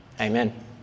Amen